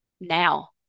now